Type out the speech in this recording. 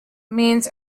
means